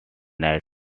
night